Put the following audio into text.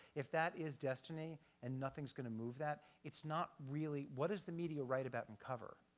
if that is destiny and nothing's going to move that, it's not really what is the media write about and cover?